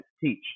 teach